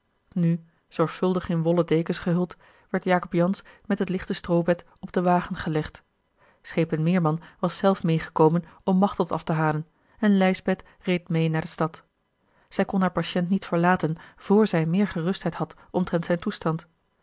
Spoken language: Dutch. nu zorgvuldig in wollen dekens gehuld werd jacob jansz met het lichte stroobed op de wagen gelegd schepen meerman was zelf meêgekomen om machteld af te halen en lijsbeth reed meê naar de stad zij kon haar patiënt niet verlaten vr zij meer gerustheid had omtrent zijn toestand